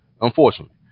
unfortunately